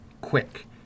quick